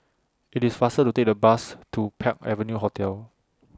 IT IS faster to Take The Bus to Park Avenue Hotel